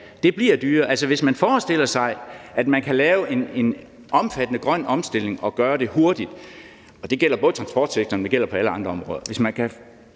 det bliver dyrere. Altså, hvis man forestiller sig, at man kan lave en omfattende grøn omstilling og gøre det hurtigt – det gælder både transportsektoren og alle andre områder